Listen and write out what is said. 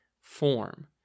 form